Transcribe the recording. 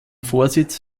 vorsitz